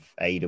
AW